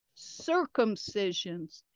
circumcisions